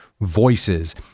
voices